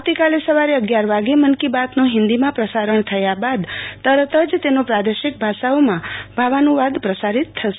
આવતીકાલે સવારે અગિયાર વાગે મન કી બાતનું હિન્દીમાં પ્રસારણ થયા બાદ તરત જ તેનો પ્રાદશિક ભાષાઓમાં ભાવાનુવાદ પ્રસારિત થશ